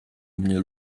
mnie